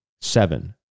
seven